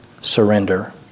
surrender